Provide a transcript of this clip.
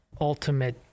ultimate